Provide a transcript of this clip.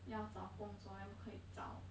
要找工作 then 不可以找